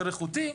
יותר איכותי.